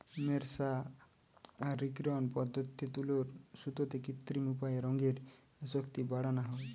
মের্সারিকরন পদ্ধতিতে তুলোর সুতোতে কৃত্রিম উপায়ে রঙের আসক্তি বাড়ানা হয়